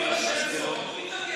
יצביעו על שתי ההצעות, תתנגד.